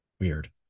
weird